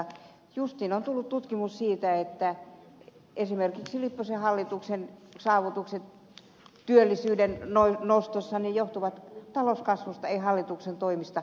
justiin on tullut tutkimus siitä että esimerkiksi lipposen hallituksen saavutukset työllisyyden nostossa johtuivat talouskasvusta ei hallituksen toimista